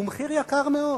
הוא מחיר יקר מאוד.